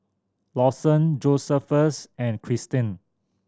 Lawson Josephus and Christen